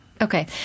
Okay